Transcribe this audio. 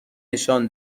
نشان